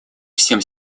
всем